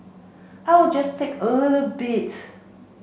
I will just take a little bit